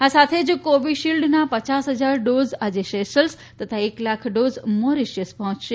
આ સાથે જ કોવિશીલ્ડનાં પયાસ હજાર ડોઝ આજે સેશલ્સ તથા એક લાખ ડોઝ મોરેશીયસ પહોચશે